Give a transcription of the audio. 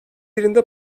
birinde